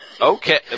Okay